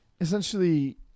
Essentially